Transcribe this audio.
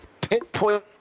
pinpoint